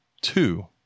two